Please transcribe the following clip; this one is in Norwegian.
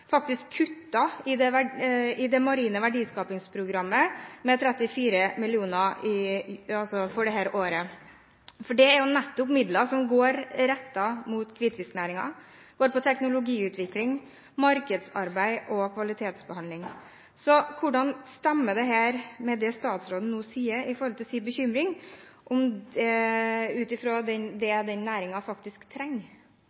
faktisk kutter i det marine verdiskapingsprogrammet med 34 mill. kr for dette året. Det er nettopp midler som er rettet mot hvitfisknæringen, det går på teknologiutvikling, markedsarbeid og kvalitetsbehandling. Så: Hvordan stemmer dette med det statsråden nå sier med tanke på sin bekymring ut fra det den